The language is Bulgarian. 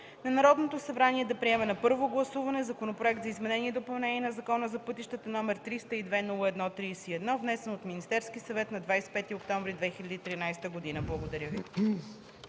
Народното събрание да приеме на първо гласуване Законопроект за изменение и допълнение на Закона за пътищата, № 302-01-31, внесен от Министерския съвет на 25 октомври 2013 г.” Благодаря Ви.